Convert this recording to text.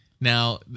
Now